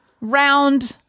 round